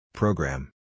Program